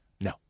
No